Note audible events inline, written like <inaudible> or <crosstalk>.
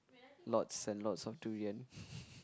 lots and lots of durian <noise>